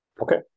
okay